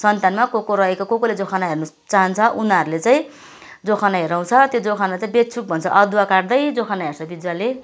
सन्तानमा को को रहेको को को ले जोखना हेर्न चहान्छ उनीहरूले चाहिँ जोखाना हेराउँछ त्यो जोखाना चाहिँ बेछुप भन्छ अदुवा काट्दै जोखाना हेर्छ बिजुवाले